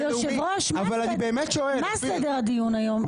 היושב ראש, מה סדר הדיון היום?